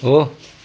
हो